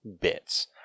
bits